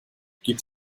gibt